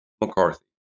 McCarthy